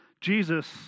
Jesus